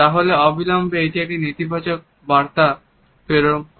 তাহলে অবিলম্বে এটি একটি নেতিবাচক বার্তা প্রেরণ করে